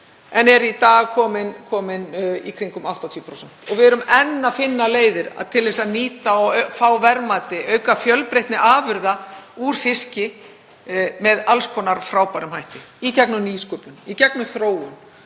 en er í dag komin í kringum 80% og við erum enn að finna leiðir til að nýta og fá verðmæti, auka fjölbreytni afurða úr fiski með alls konar frábærum hætti, í gegnum nýsköpun, í gegnum þróun